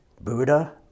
Buddha